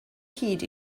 hyd